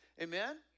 Amen